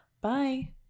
Bye